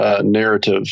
narrative